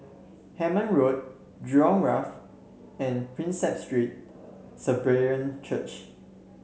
Hemmant Road Jurong Wharf and Prinsep Street Church